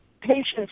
patients